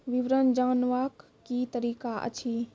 विवरण जानवाक की तरीका अछि?